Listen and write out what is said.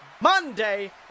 Monday